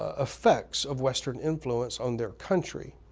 ah effects of western influence on their country,